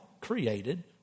created